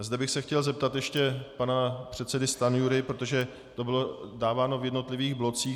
Zde bych se chtěl zeptat ještě pana předsedy Stanjury, protože to bylo dáváno v jednotlivých blocích.